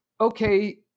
okay